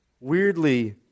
weirdly